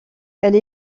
elle